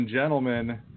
gentlemen